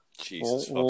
Jesus